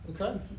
Okay